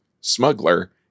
smuggler